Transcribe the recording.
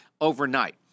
overnight